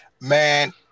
Man